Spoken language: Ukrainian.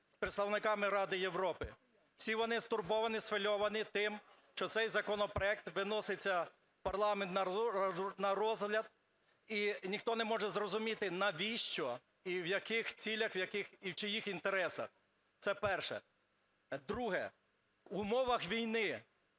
з представниками Ради Європи. Всі вони стурбовані, схвильовані тим, що цей законопроект виносить парламент на розгляд. І ніхто не може зрозуміти, навіщо і в яких цілях, і в чиїх інтересах. Це перше. Друге. В умовах війни,